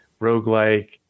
roguelike